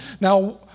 Now